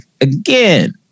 again